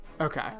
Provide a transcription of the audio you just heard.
Okay